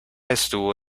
estuvo